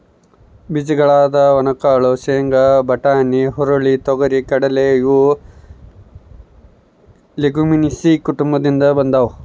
ಬೀಜಗಳಾದ ಒಣಕಾಳು ಶೇಂಗಾ, ಬಟಾಣಿ, ಹುರುಳಿ, ತೊಗರಿ,, ಕಡಲೆ ಇವು ಲೆಗುಮಿಲೇಸಿ ಕುಟುಂಬದಿಂದ ಬಂದಾವ